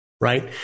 Right